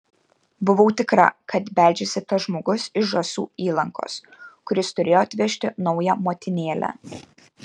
buvau tikra kad beldžiasi tas žmogus iš žąsų įlankos kuris turėjo atvežti naują motinėlę